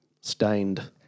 Stained